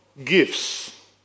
Gifts